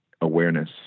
awareness